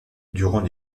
durant